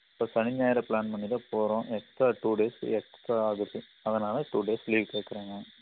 இப்போ சனி ஞாயிறு பிளான் பண்ணி தான் போகிறோம் எக்ஸ்ட்ரா டூ டேஸ் எக்ஸ்ட்ரா ஆகுது அதனால டூ டேஸ் லீவு கேட்கறேங்க